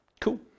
Cool